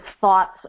thoughts